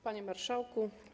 Panie Marszałku!